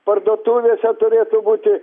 parduotuvėse turėtų būti